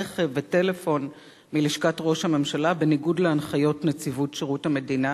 רכב וטלפון מלשכת ראש הממשלה בניגוד להנחיות נציבות שירות המדינה